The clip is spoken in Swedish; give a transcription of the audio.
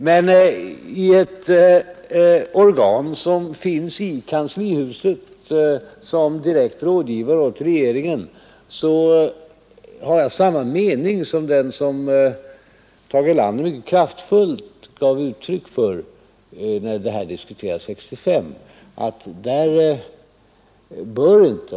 Men beträffande ett organ som finns i kanslihuset som direkt rådgivare åt regeringen har jag samma mening som den Tage Erlander mycket kraftfullt gav uttryck åt när frågan diskuterades år 1965.